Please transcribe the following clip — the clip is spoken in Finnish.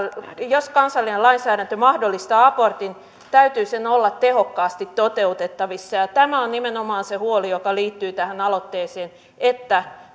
jos kansallinen lainsäädäntö mahdollistaa abortin täytyy sen olla tehokkaasti toteutettavissa tämä on nimenomaan se huoli joka liittyy tähän aloitteeseen että